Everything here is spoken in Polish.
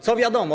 Co wiadomo?